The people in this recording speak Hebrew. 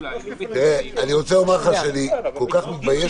אני כל כך מתבייש